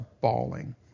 bawling